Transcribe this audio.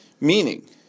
meaning